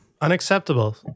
Unacceptable